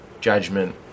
judgment